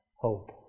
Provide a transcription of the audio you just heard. hope